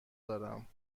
دارم